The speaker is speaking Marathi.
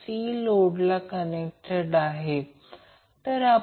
बॅलन्स ∆ कनेक्टेड लोडसाठी Z a Z b Zc Z ∆ असेल